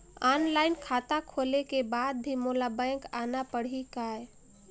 Online खाता खोले के बाद भी मोला बैंक आना पड़ही काय?